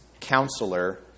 counselor